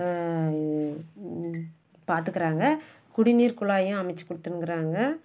பார்த்துக்குறாங்க குடிநீர் குழாயும் அமைத்து கொடுத்துன்னுக்குறாங்க